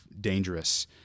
dangerous